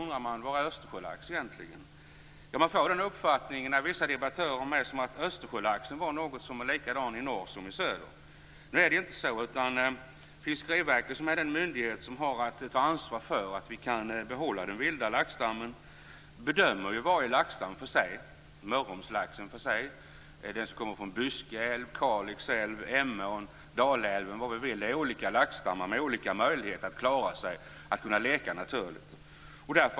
Man kan av vissa debattörer få den uppfattningen att Östersjölaxen är likadan i norr som i söder. Nu är det inte så, utan Fiskeriverket, som är den myndighet som har ansvaret för vårt bibehållande av den vilda laxstammen, bedömer varje laxstam för sig. Det gäller lax från Mörrumsån, Byske älv, Kalix älv, Emån, Dalälven osv. Där finns olika laxstammar med olika möjlighet att klara sig och leka naturligt.